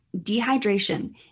dehydration